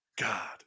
God